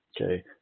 okay